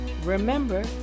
Remember